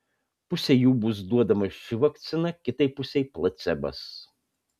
pusei jų bus duodama ši vakcina kitai pusei placebas